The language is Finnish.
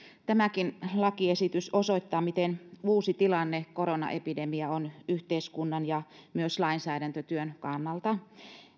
tämäkin lakiesitys osoittaa miten uusi tilanne koronaepidemia on yhteiskunnan ja myös lainsäädäntötyön kannalta